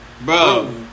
bro